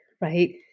right